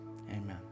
amen